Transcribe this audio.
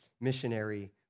missionary